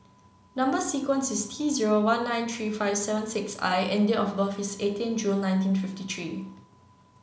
number sequence is T zero one nine three five seven six I and date of birth is eighteenth June nineteen fifty three